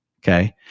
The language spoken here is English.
okay